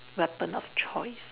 weapon of choice